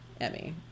emmy